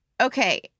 okay